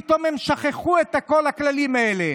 פתאום הם שכחו את כל הכללים האלה.